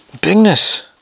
Bigness